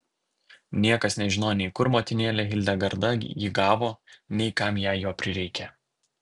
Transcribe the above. niekas nežinojo nei kur motinėlė hildegarda jį gavo nei kam jai jo prireikė